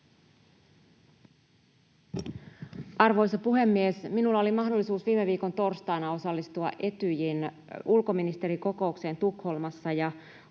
Arvoisa puhemies! Minulla oli mahdollisuus viime viikon torstaina osallistua Etyjin ulkoministerikokoukseen Tukholmassa